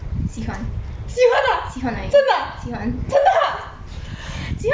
喜欢而已喜欢一点点而已